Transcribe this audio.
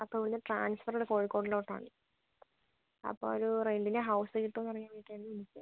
അപ്പോൾ ഇവിടുന്ന് ട്രാൻസ്ഫറ് കോഴിക്കോടിലോട്ട് ആണ് അപ്പോൾ ഒരു റെന്റിന് ഹൗസ് കിട്ടോന്ന് അറിയാൻ വേണ്ടീട്ടാണ് വിളിച്ചത്